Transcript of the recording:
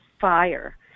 fire